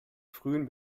frühen